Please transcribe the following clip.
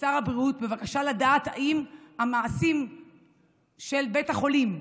לשר הבריאות בבקשה לדעת אם המעשים של בית החולים,